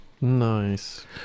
Nice